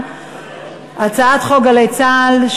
הצעת חוק גלי צה"ל,